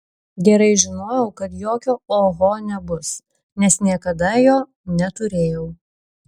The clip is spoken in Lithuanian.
gerai žinojau kad jokio oho nebus nes niekada jo neturėjau